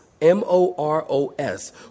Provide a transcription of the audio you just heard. M-O-R-O-S